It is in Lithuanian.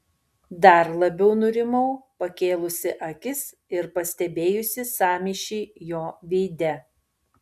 dar labiau nurimau pakėlusi akis ir pastebėjusi sąmyšį jo veide